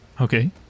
Okay